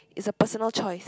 it's a personal choice